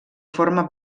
forma